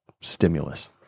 stimulus